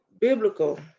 biblical